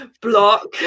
block